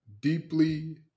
deeply